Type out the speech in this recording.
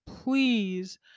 please